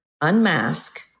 unmask